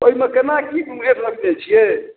ओहिमे कोना कि रेट रखने छिए